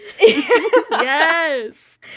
yes